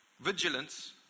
vigilance